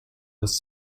des